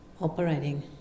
operating